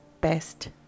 best